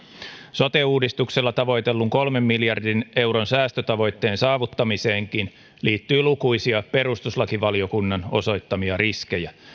sote uudistuksella tavoitellun kolmen miljardin euron säästötavoitteen saavuttamiseenkin liittyy lukuisia perustuslakivaliokunnan osoittamia riskejä